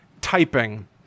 typing